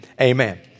Amen